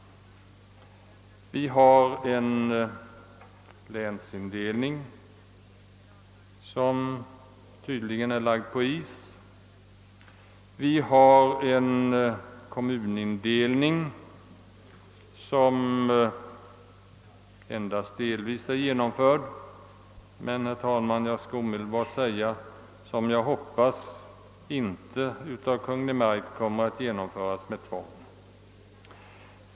Det finns en länsindelningsutredning som tydligen nu är lagd på is. Vi har också en kommunindelningsreform som endast delvis är genomförd — men jag vill livligt hoppas att den inte kommer att genomföras med tvång av Kungl. Maj:t.